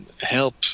help